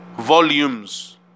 volumes